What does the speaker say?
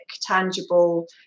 tangible